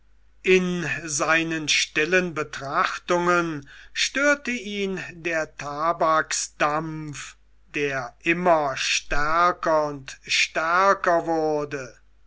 in seinen stillen betrachtungen störte ihn der tabaksdampf der immer stärker und stärker wurde